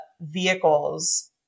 vehicles